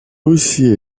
aussi